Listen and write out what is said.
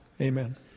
amen